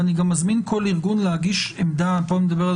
ואני גם מזמין כל ארגון פה אני מדבר על